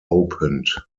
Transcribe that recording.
opened